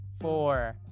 four